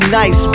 nice